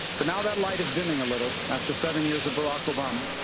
but now, that light is dimming a little, after seven years of barack obama.